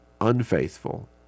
unfaithful